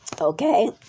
Okay